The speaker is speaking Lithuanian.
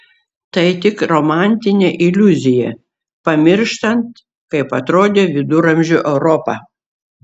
tai tik romantinė iliuzija pamirštant kaip atrodė viduramžių europa